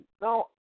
Now